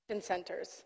centers